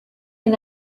and